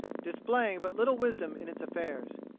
displaying but little wisdom in its affairs.